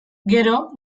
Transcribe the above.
gero